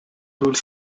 rules